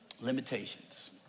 Limitations